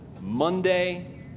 Monday